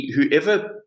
whoever